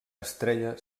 estrella